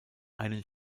einen